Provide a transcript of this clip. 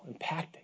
impacting